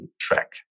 track